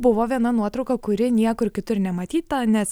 buvo viena nuotrauka kuri niekur kitur nematyta nes